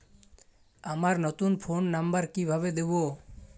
আমার নতুন phone number কিভাবে দিবো?